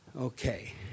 okay